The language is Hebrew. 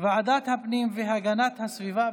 ועדת הפנים והגנת הסביבה.